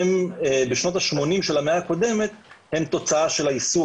בשנות ה-80 של המאה הקודמת תוצאה של האיסור